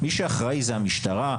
מי שאחראי זאת המשטרה,